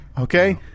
okay